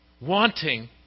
wanting